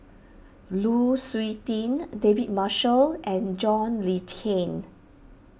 Lu Suitin David Marshall and John Le Cain